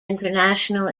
international